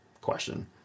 question